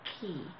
key